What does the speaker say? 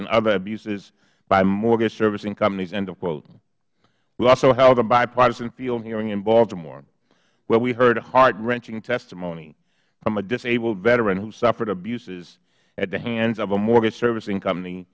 and other abuses by mortgage servicing companies end of quote we also held a bipartisan field hearing in baltimore where we heard heartwrenching testimony from a disabled veteran who suffered abuses at the hands of a mortgage servicing company